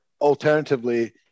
alternatively